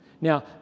Now